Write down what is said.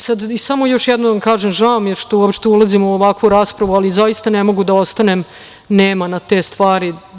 Samo još jednom da kažem, žao mi je što uopšte ulazimo u ovakvu raspravu, ali zaista ne mogu da ostanem nema na te stvari.